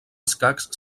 escacs